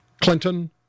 Clinton